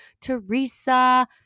Teresa